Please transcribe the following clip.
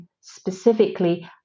specifically